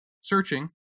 searching